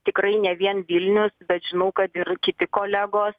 tikrai ne vien vilnius bet žinau kad ir kiti kolegos